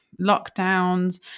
lockdowns